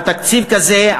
לתקציב כזה,